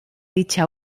dicha